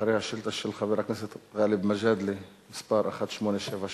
שאילתא של חבר הכנסת גאלב מג'אדלה, מס' 1878,